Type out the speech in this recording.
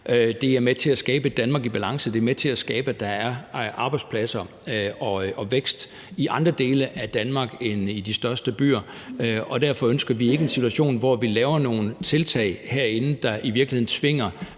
Det er med til at skabe et Danmark i balance, det er med til at skabe arbejdspladser og vækst i andre dele af Danmark end i de største byer. Derfor ønsker vi ikke en situation, hvor vi laver nogle tiltag herinde, der i virkeligheden tvinger